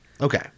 Okay